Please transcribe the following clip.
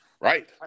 Right